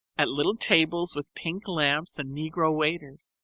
at little tables with pink lamps and negro waiters.